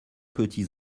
petits